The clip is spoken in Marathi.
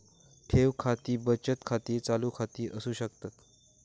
ठेव खाती बचत खाती, चालू खाती असू शकतत